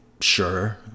Sure